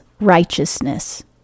righteousness